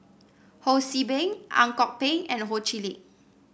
Ho See Beng Ang Kok Peng and Ho Chee Lick